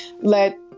let